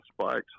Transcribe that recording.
spikes